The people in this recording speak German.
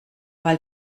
weil